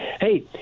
Hey